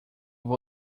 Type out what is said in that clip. vou